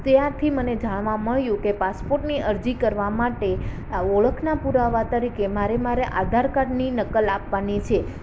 ત્યાંથી મને જાણવા મળ્યું કે પાસપોર્ટની અરજી કરવા માટે આ ઓળખના પુરાવા તરીકે મારે મારા આધારકાર્ડની નકલ આપવાની છે